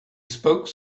spoke